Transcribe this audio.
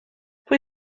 pwy